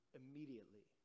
immediately